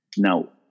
Now